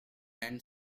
and